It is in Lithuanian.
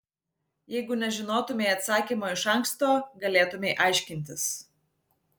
jeigu nežinotumei atsakymo iš anksto galėtumei aiškintis